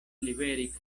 liveri